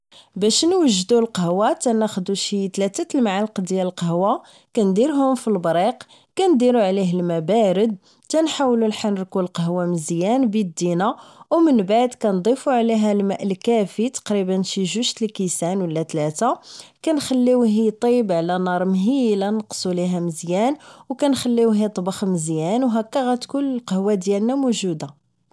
باش نوجدو القهوة كناخدو شي تلاتة المعالق القهوة كنديرهم في البريق و نديرو عليه الما بارد كنحاولو نحركو القهوة مزيان بدينا من بعد كنضيفو الماء الكافي تقريبا شي جوج الكيسان و لا تلاتة نخليوه اطيب على نار مهيلة كنقصو ليها مزيان و كنخليوه اطبخ مزيان و هكا غتكون القهوة ديالنا موجودة